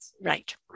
right